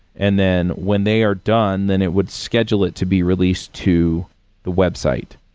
and then when they are done, then it would schedule it to be released to the website.